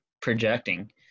projecting